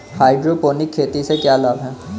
Hydroponic खेती से क्या लाभ हैं?